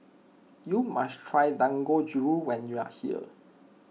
you must try Dangojiru when you are here